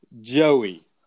Joey